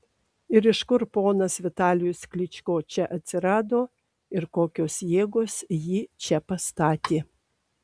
ir iš kur ponas vitalijus klyčko čia atsirado ir kokios jėgos jį čia pastatė